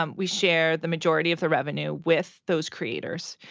um we share the majority of the revenue with those creators.